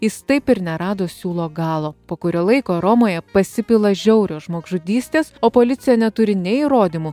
jis taip ir nerado siūlo galo po kurio laiko romoje pasipila žiaurios žmogžudystės o policija neturi nei įrodymų